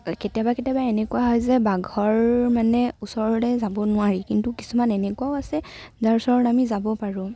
কেতিয়াবা কেতিয়াবা এনেকুৱা হয় যে বাঘৰ মানে ওচৰলৈ যাব নোৱাৰি কিন্তু কিছুমান এনেকুৱাও আছে যাৰ ওচৰলৈ আমি যাব পাৰোঁ